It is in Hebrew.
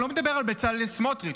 אני לא מדבר על בצלאל סמוטריץ,